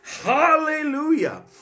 Hallelujah